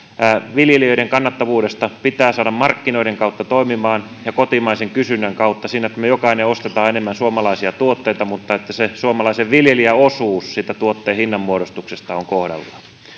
viljelijöiden työn kannattavuudesta pitää saada toimimaan markkinoiden ja kotimaisen kysynnän kautta niin että me jokainen ostamme enemmän suomalaisia tuotteita ja että se suomalaisen viljelijän osuus siitä tuotteen hinnanmuodostuksesta on kohdallaan